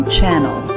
Channel